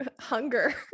hunger